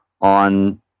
on